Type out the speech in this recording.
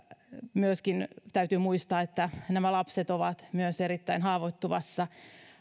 myöskin täytyy muistaa että nämä lapset ovat erittäin haavoittuvassa